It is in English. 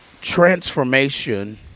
Transformation